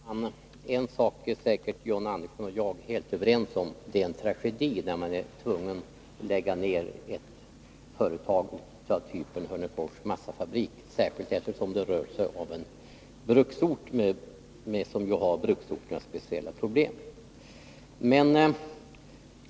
Fru talman! En sak är säkert John Andersson och jag helt överens om, och det är att det är en tragedi när man är tvungen att lägga ned ett företag av typen Hörnefors massafabrik — särskilt som det här rör sig om en bruksort, med bruksorternas speciella problem.